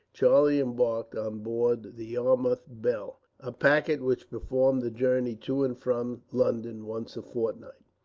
charlie embarked on board the yarmouth belle, a packet which performed the journey to and from london once a fortnight.